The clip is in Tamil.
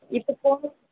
இப்போ போகணும்